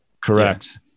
Correct